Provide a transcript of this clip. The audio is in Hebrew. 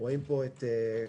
רואים פה את הכמות